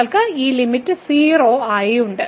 നിങ്ങൾക്ക് ഈ ലിമിറ്റ് 0 ആയി ഉണ്ട്